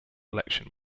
election